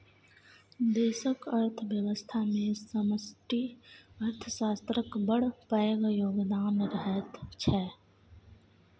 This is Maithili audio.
देशक अर्थव्यवस्थामे समष्टि अर्थशास्त्रक बड़ पैघ योगदान रहैत छै